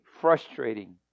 frustrating